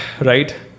right